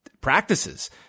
practices